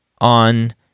on